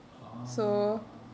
orh